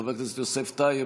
חבר הכנסת יוסף טייב,